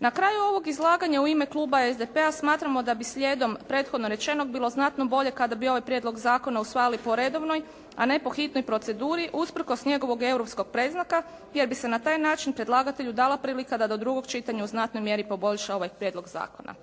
Na kraju ovog izlaganja u ime kluba SDP-a smatramo da bi slijedom prethodno rečenog bilo znatno bolje kada bi ovaj prijedlog zakona usvajali po redovnoj, a ne po hitnoj proceduri usprkos njegovog europskog predznaka, jer bi se na taj način predlagatelju dala prilika da do drugog čitanja u znatnoj mjeri poboljša ovaj prijedlog zakona.